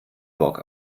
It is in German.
bock